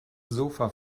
sofa